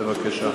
בבקשה.